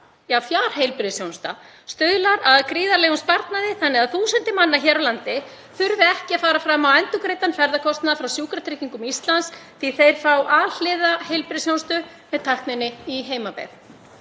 fjarheilbrigðisþjónusta stuðlar að gríðarlegum sparnaði þegar þúsundir manna hér á landi þurfa ekki að fara fram á endurgreiddan ferðakostnað frá Sjúkratryggingum Íslands því þeir fá alhliða heilbrigðisþjónustu með tækninni í heimabyggð.